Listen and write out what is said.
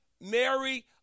Mary